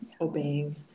obeying